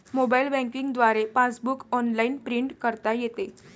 mobile banking द्वारे passbook online print करता येते